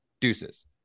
deuces